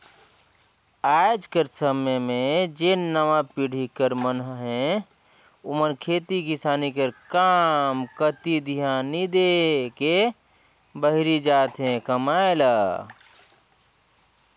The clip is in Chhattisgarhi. आएज कर समे में जेन नावा पीढ़ी कर मन अहें ओमन खेती किसानी कर काम कती धियान नी दे के बाहिरे जात अहें कमाए ले